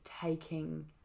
taking